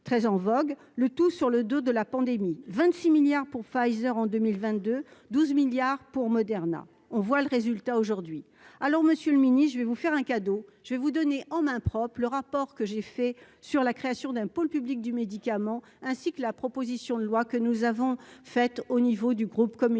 très en vogue, le tout sur le dos de la pandémie 26 milliards pour Pfizer en 2022 12 milliards pour Moderna on voit le résultat aujourd'hui, alors Monsieur le mini, je vais vous faire un cadeau, je vais vous donner en main propre le rapport que j'ai fait sur la création d'un pôle public du médicament ainsi que la proposition de loi que nous avons fait au niveau du groupe communiste